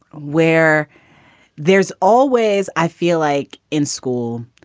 where there's always i feel like in school,